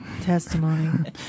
testimony